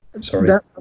sorry